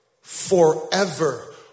forever